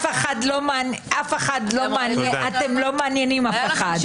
אתם לא מעניינים אף אחד.